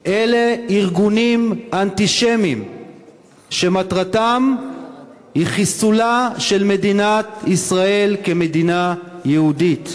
אלה ארגונים אנטישמיים שמטרתם היא חיסולה של מדינת ישראל כמדינה יהודית.